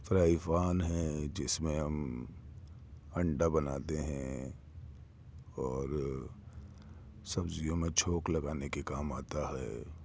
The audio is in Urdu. فرائی فان ہے جس میں ہم انڈا بناتے ہیں اور سبزیوں میں چھوک لگانے کے کام آتا ہے